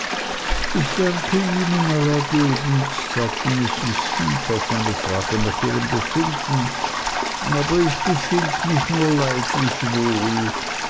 ich danke ihnen allerergebenst sagte mrs heep auf meine frage nach ihrem befinden aber ich befind mich nur leidlich wohl